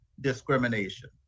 discrimination